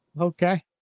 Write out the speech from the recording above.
Okay